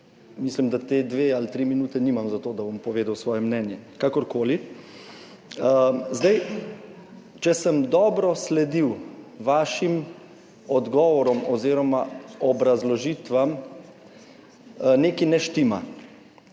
Mislim, da ti dve ali tri minute nimam za to, da bom povedal svoje mnenje, kakorkoli. Zdaj, če sem dobro sledil vašim odgovorom oziroma obrazložitvam, nekaj ne štima.